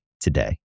today